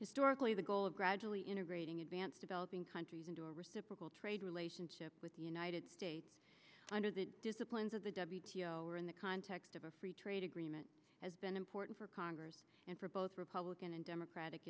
historically the goal of gradually integrating advanced developing countries into a reciprocal trade relationship with the united states under the disciplines of the w t o or in the context of a free trade agreement has been important for congress and for both republican and democratic